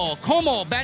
Como